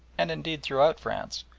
and, indeed, throughout france,